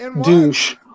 douche